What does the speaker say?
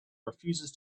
refuses